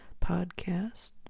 podcast